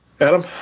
Adam